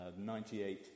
98